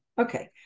Okay